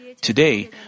Today